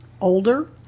older